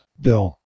Bill